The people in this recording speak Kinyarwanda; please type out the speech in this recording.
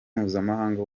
mpuzamahanga